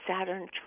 Saturn